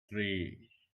three